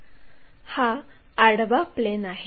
हा आडवा प्लेन आहे